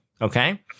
Okay